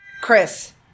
Chris